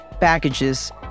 packages